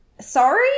Sorry